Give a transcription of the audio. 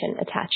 attached